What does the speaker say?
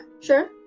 sure